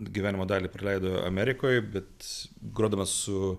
gyvenimo dalį praleido amerikoj bet grodamas su